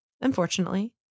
Unfortunately